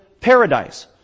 paradise